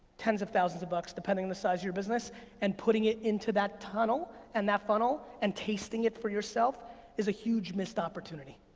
tens of thousands of bucks depending the size of your business and putting it into that tunnel and that funnel and tasting it for yourself is a huge missed opportunity,